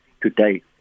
today